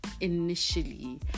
initially